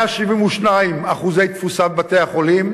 172% תפוסה בבתי-החולים.